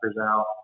out